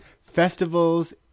festivals